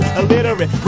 illiterate